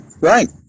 right